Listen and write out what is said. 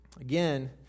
Again